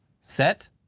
set